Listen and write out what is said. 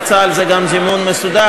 יצא על זה גם זימון מסודר,